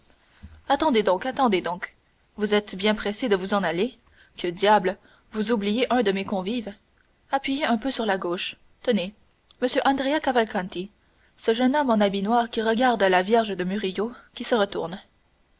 attendez donc attendez donc vous êtes bien pressé de vous en aller que diable vous oubliez un de mes convives appuyez un peu sur la gauche tenez m andrea cavalcanti ce jeune homme en habit noir qui regarde la vierge de murillo qui se retourne